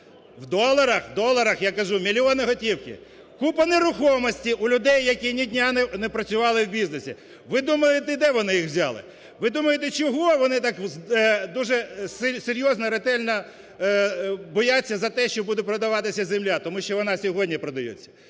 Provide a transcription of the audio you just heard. в доларах, я кажу, мільйони готівки. Купа нерухомості у людей, які ні дня не працювали в бізнесі. Ви думаєте, де вони їх взяли? Ви думаєте, чого вони так дуже серйозно, ретельно бояться за те, що буде продаватися земля? Тому що вона сьогодні продається